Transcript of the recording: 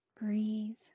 Breathe